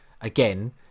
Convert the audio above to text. again